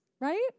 right